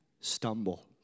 stumble